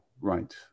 right